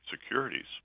securities